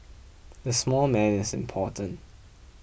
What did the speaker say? the small man is important